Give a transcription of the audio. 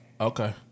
Okay